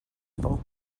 por